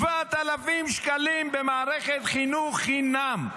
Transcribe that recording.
7,000 שקלים במערכת חינוך חינם.